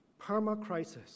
permacrisis